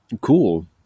Cool